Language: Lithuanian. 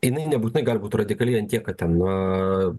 jinai nebūtinai gali būt radikali ant tiek kad ten na